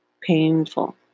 painful